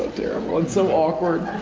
terrible, and so awkward.